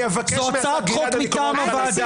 זו הצעת חוק מטעם הוועדה.